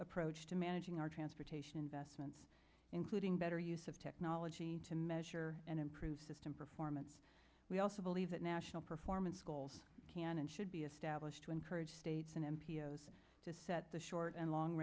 approach to managing our transportation investments including better use of technology to measure and improve system performance we also believe that national performance goals can and should be established to encourage states and m p s to set the short and long